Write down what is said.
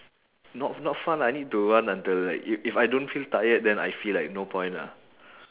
not not fun lah I need to run until like if if I don't feel tired then I feel like no point ah